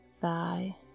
thigh